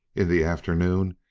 in the afternoon,